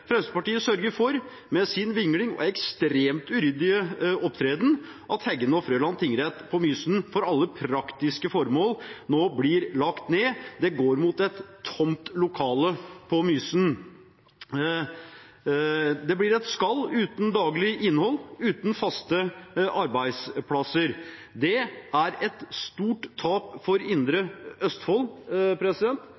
sørger med sin vingling og ekstremt uryddige opptreden for at Heggen og Frøland tingrett på Mysen for alle praktiske formål nå blir lagt ned. Det går mot et tomt lokale på Mysen. Det blir et skall uten daglig innhold, uten faste arbeidsplasser. Det er et stort tap for